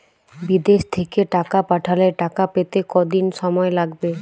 বিদেশ থেকে টাকা পাঠালে টাকা পেতে কদিন সময় লাগবে?